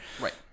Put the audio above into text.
Right